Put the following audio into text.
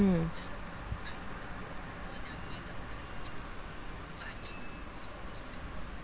mm